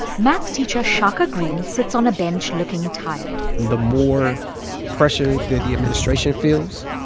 math teacher shaka greene sits on a bench looking tired the more pressure that the administration feels,